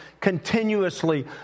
continuously